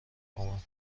بامن